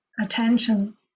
attention